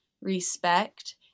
respect